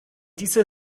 dieser